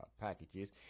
packages